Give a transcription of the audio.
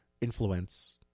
influence